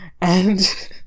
and-